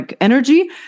energy